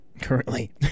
currently